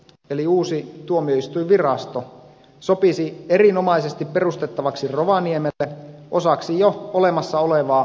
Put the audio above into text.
tuomioistuinhallinto eli uusi tuomioistuinvirasto sopisi erinomaisesti perustettavaksi rovaniemelle osaksi jo olemassa olevaa oikeudellista klusteria